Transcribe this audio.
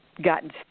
gotten